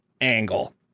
angle